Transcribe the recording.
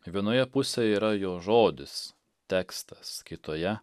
vienoje pusėj yra jo žodis tekstas kitoje